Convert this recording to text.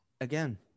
Again